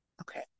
Okay